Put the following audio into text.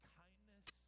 kindness